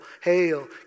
hail